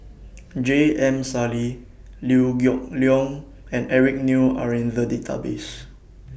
J M Sali Liew Geok Leong and Eric Neo Are in The Database